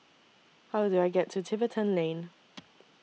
How Do I get to Tiverton Lane